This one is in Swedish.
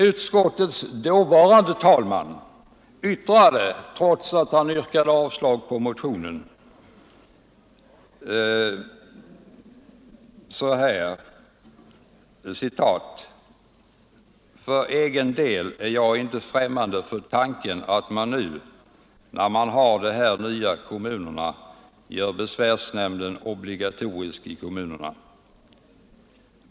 Utskottets dåvarande talesman yrkade avslag på motionen men sade också: ”För egen del är jag inte främmande för tanken att man nu, när man har fått de här nya kommunerna, gör besvärsnämnden obligatorisk i kommunerna.